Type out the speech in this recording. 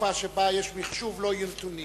שבתקופה שבה יש מחשוב לא יהיו נתונים.